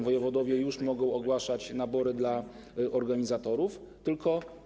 Wojewodowie już mogą ogłaszać nabory dla organizatorów, tylko.